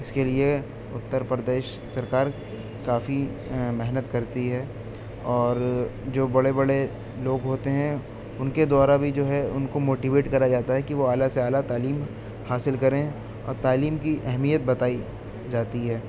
اس کے لیے اتر پردیش سرکار کافی محنت کرتی ہے اور جو بڑے بڑے لوگ ہوتے ہیں ان کے دوارا بھی جو ہے ان کو موٹیویٹ کرا جاتا ہے کہ وہ اعلیٰ سے اعلیٰ تعلیم حاصل کریں اور تعلیم کی اہمیت بتائی جاتی ہے